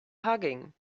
hugging